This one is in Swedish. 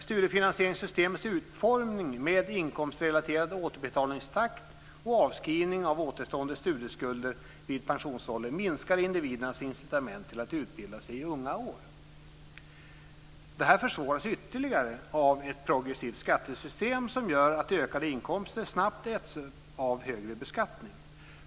Studiefinansieringssystemets utformning med inkomstrelaterad återbetalningstakt och avskrivning av återstående studieskulder vid pensionsåldern minskar incitamentet för individerna att utbilda sig i unga år. Det här försvåras ytterligare av ett progressivt skattesystem som gör att ökade inkomster snabbt äts upp av högre beskattning.